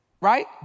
Right